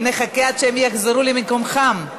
מחכה עד שהם יחזרו למקומם.